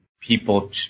people